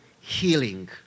healing